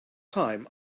time